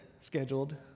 scheduled